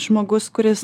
žmogus kuris